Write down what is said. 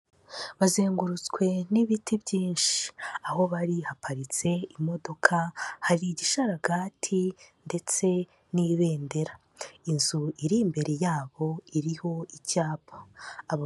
Bazengurutswe n'ibiti byinshi. Aho bari haparitse imodoka, hari igishararagati ndetse n'ibendera, inzu iri imbere yabo iriho icyapa.